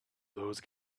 those